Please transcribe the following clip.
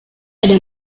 ada